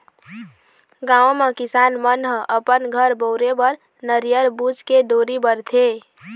गाँव म किसान मन ह अपन घर बउरे बर नरियर बूच के डोरी बरथे